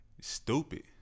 stupid